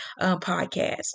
podcast